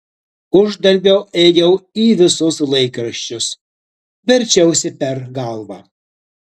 uždarbio ėjau į visus laikraščius verčiausi per galvą